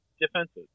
defenses